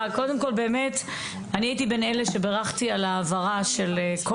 אני הייתי בין אלה שבירכתי על העברה של כל